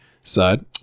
side